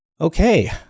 Okay